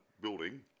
building